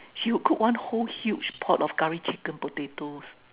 she would cook one whole huge pot of Curry Chicken potatoes